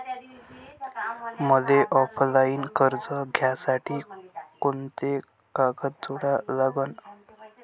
मले ऑफलाईन कर्ज घ्यासाठी कोंते कागद जोडा लागन?